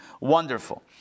Wonderful